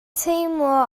teimlo